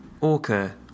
Orca